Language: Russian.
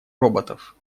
роботов